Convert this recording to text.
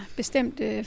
bestemte